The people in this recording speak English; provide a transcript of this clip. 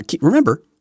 remember